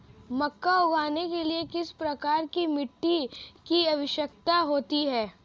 मक्का उगाने के लिए किस प्रकार की मिट्टी की आवश्यकता होती है?